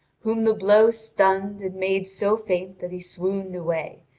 whom the blow stunned and made so faint that he swooned away,